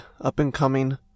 up-and-coming